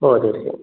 ഓ തീർച്ചയായും